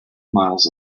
miles